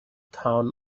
town